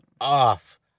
off